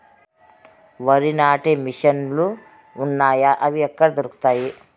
వరి నాటే మిషన్ ను లు వున్నాయా? అవి ఎక్కడ దొరుకుతాయి?